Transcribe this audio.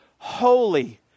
Holy